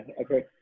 okay